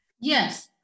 yes